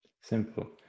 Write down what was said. Simple